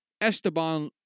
Esteban